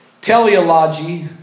teleology